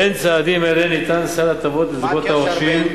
בין צעדים אלה ניתן סל הטבות לזוגות הרוכשים,